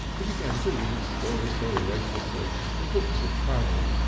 he began to read stories voraciously and books of travel,